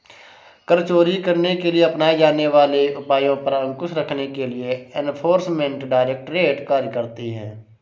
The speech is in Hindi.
कर चोरी करने के लिए अपनाए जाने वाले उपायों पर अंकुश रखने के लिए एनफोर्समेंट डायरेक्टरेट कार्य करती है